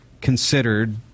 considered